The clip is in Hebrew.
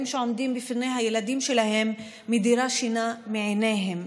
שעומדים בפני הילדים שלהם מדירים שינה מעיניהם,